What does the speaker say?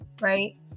right